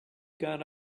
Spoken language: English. got